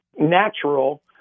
natural